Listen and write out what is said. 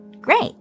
Great